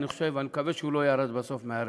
אני מקווה שהוא לא ירד בסוף מהארץ,